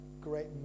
great